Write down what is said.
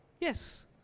yes